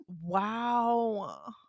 wow